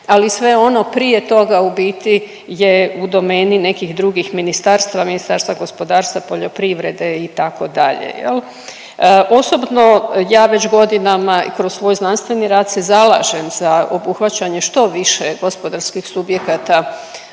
ali sve ono prije toga u biti je u domeni nekih drugih ministarstava, Ministarstva gospodarstva, poljoprivrede itd. jel. Osobno ja već godinama i kroz svoj znanstveni rad se zalažem za obuhvaćanje što više gospodarskih subjekata